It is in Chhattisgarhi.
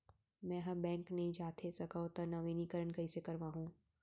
मैं ह बैंक नई जाथे सकंव त नवीनीकरण कइसे करवाहू?